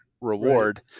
reward